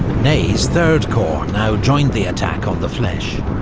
ney's third corps now joined the attack on the fleches.